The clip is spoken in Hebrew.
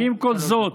עם כל זאת,